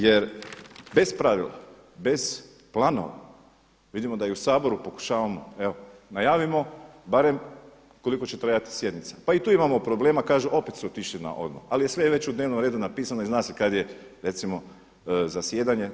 Jer bez pravila, bez planova vidimo da i u Saboru pokušavamo, evo najavimo barem koliko će trajati sjenica pa i tu imamo problema kaže opet su otišli na …, ali je sve već u dnevnom redu napisano i zna se kada je recimo zasjedanje.